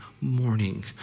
morning